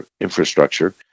infrastructure